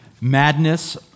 madness